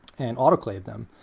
and autoclave them.